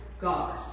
God